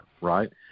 right